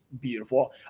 beautiful